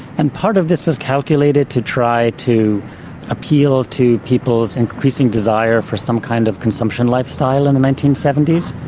and part of this was calculated to try to appeal to people's increasing desire for some kind of consumption lifestyle in the nineteen seventy s.